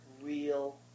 real